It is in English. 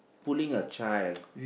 pulling a child